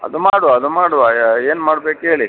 ಅದು ಮಾಡುವ ಅದು ಮಾಡುವ ಏನು ಮಾಡ್ಬೇಕು ಹೇಳಿ